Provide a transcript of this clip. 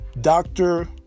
doctor